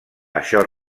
això